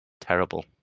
Terrible